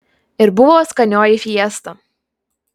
ir buvo skanioji fiesta